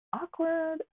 awkward